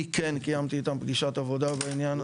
אני כן קיימתי איתם פגישת עבודה בעניין,